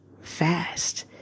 fast